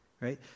Right